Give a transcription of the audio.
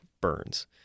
burns